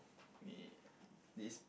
me this